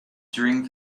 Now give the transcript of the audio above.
during